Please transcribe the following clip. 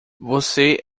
você